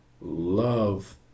love